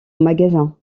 magasin